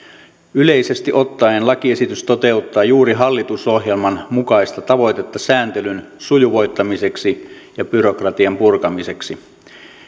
yleisesti ottaen lakiesitys toteuttaa juuri hallitusohjelman mukaista tavoitetta sääntelyn sujuvoittamiseksi ja byrokratian purkamiseksi